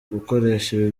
gukoresha